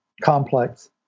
complex